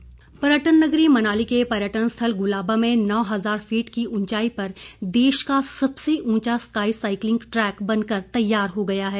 cycling track पर्यटन नगरी मनाली के पर्यटन स्थल गुलाबा में नौ हजार फीट की ऊंचाई पर देश का सबसे ऊंचा स्काई साइकिलिंग ट्रैक बनकर तैयार हो गया है